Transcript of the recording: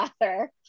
author